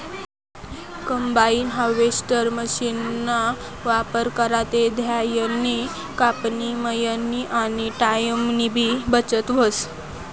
combine harvester मशीनना वापर करा ते धान्यनी कापनी, मयनी आनी टाईमनीबी बचत व्हस